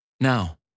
Now